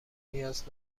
نیاز